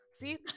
See